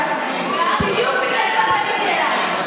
בדיוק בגלל זה פניתי אלייך,